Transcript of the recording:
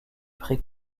pré